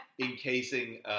encasing